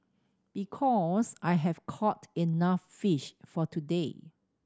because I've caught enough fish for today